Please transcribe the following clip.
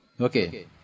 Okay